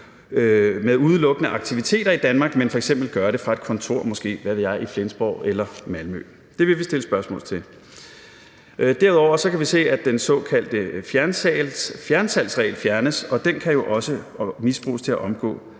ved udelukkende at have aktiviteter i Danmark, men f.eks. måske gøre det fra et kontor i – hvad ved jeg – Flensborg eller Malmø. Det vil vi stille spørgsmål til. Derudover kan vi se, at den såkaldte fjernsalgsregel fjernes, og den kan jo også misbruges til at omgå